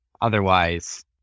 Otherwise